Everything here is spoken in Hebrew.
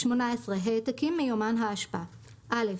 העתקים מיומן האשפה 18. (א)